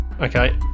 okay